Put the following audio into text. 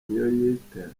niyoyita